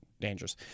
dangerous